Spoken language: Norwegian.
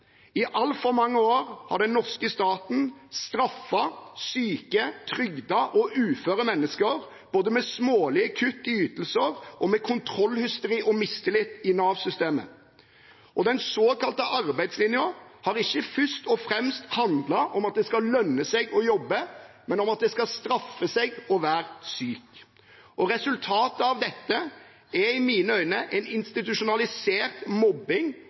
I altfor mange år har den norske staten straffet syke, trygdede og uføre mennesker både med smålige kutt i ytelser og med kontrollhysteri og mistillit i Nav-systemet. Den såkalte arbeidslinja har ikke først og fremst handlet om at det skal lønne seg å jobbe, men om at det skal straffe seg å være syk. Resultatet av dette er i mine øyne en institusjonalisert mobbing